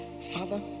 Father